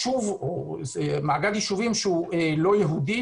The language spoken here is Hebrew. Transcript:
שהיא מעגל יישובים שהוא לא יהודי,